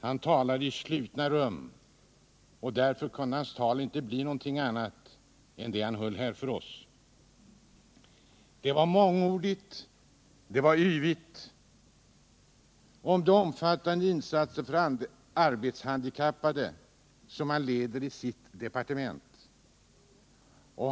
Han talar i slutna rum, och därför kunde hans tal inte bli något annat än det han höll här hos oss. Arbetsmarknadsministern var mångordig och yvig när han talade om de omfattande insatser för arbetshandikappade som han leder i sitt departement.